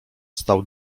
stał